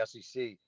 SEC